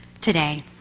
today